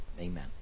Amen